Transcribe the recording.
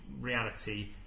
reality